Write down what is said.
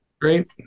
Great